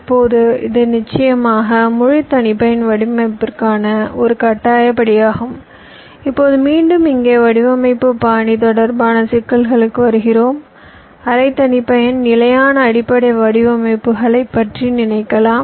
இப்போது இது நிச்சயமாக முழு தனிப்பயன் வடிவமைப்பிற்கான ஒரு கட்டாய படியாகும் இப்போது மீண்டும் இங்கே வடிவமைப்பு பாணி தொடர்பான சிக்கல்களுக்கு வருகிறோம் அரை தனிப்பயன் நிலையான அடிப்படை வடிவமைப்புகளைப் பற்றி நினைக்கலாம்